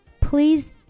please